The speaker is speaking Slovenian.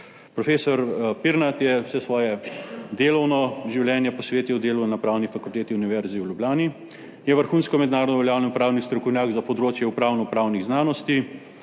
Prof. Pirnat je vse svoje delovno življenje posvetil delu na Pravni fakulteti Univerze v Ljubljani. Je vrhunsko mednarodno uveljavljen pravni strokovnjak za področje upravnopravnih znanosti.